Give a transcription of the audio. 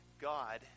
god